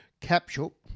capsule